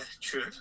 true